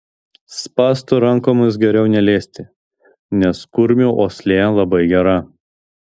spąstų rankomis geriau neliesti nes kurmių uoslė labai gera